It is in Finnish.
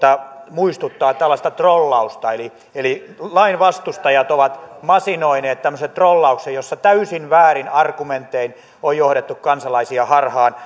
muistuttaa tällaista trollausta eli eli lain vastustajat ovat masinoineet tämmöisen trollauksen jossa täysin väärin argumentein on johdettu kansalaisia harhaan